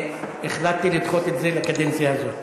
החלטתי לדחות את זה לקדנציה הזאת.